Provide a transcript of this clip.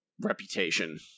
reputation